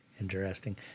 Interesting